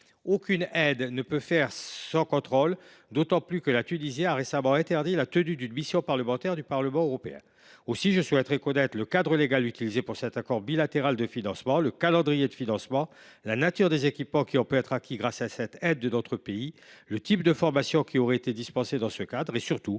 Aucune aide ne peut être octroyée sans contrôle, d’autant que la Tunisie a récemment interdit la venue d’une mission parlementaire du Parlement européen. Je voudrais donc connaître le cadre légal de cet accord bilatéral de financement, le calendrier de ce financement, la nature des équipements qui ont pu être acquis grâce à cette aide de notre pays, le type de formations qui auraient été dispensées dans ce cadre ; surtout,